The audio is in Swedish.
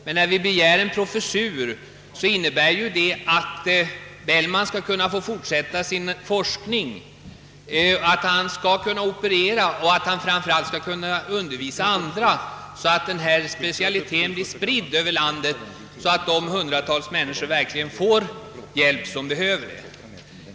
Men när vi begär en professur gör vi det för att docent Beilman skall kunna fortsätta sin forskning och sina operationer samt framför allt för att han skall kunna undervisa andra, så att den specialitet det här gäller blir spridd över landet och hundratals människor får den hjälp de behöver.